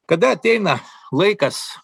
kada ateina laikas